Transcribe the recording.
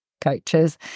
coaches